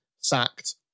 sacked